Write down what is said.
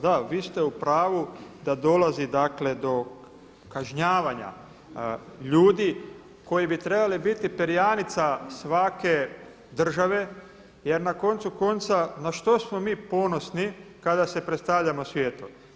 Da vi ste u pravu da dolazi dakle do kažnjavanja ljudi koji bi trebali biti perjanica svake države jer na koncu konca na što smo mi ponosni kada se predstavljamo svijetu?